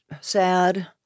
sad